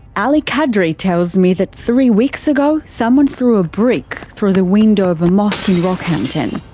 ali kadri tells me that three weeks ago someone threw a brick through the window of a mosque in rockhampton.